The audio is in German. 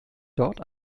dort